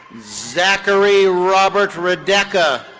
zachary robert redecca.